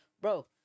bro